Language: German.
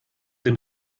dem